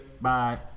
Bye